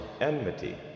enmity